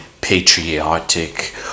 patriotic